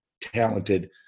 talented